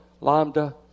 lambda